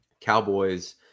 Cowboys